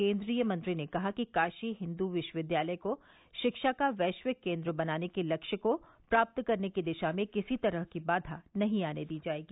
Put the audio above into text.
केंद्रीय मंत्री ने कहा कि काशी हिन्दू विश्वविद्यालय को शिक्षा का वैश्विक केन्द्र बनाने के लक्ष्य को प्राप्त करने की दिशा में किसी तरह की बाधा नहीं आने दी जाएगी